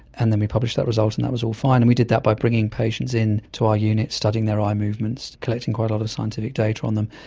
and then we published that result and that was all fine, and we did that by bringing patients in to our unit, studying their eye movements, collecting quite a lot of scientific data on them.